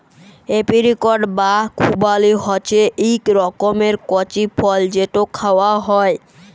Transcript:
apricot বা খুবালি হছে ইক রকমের কঁচি ফল যেট খাউয়া হ্যয়